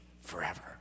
forever